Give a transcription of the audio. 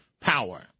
power